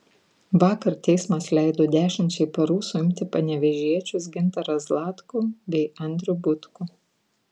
vakar teismas leido dešimčiai parų suimti panevėžiečius gintarą zlatkų bei andrių butkų